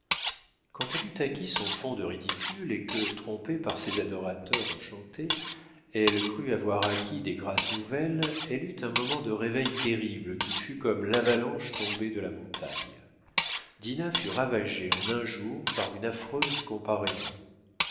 quand elle eut acquis son fonds de ridicules et que trompée par ses adorateurs enchantés elle crut avoir acquis des grâces nouvelles elle eut un moment de réveil terrible qui fut comme l'avalanche tombée de la montagne dinah fut ravagée en un jour par une affreuse comparaison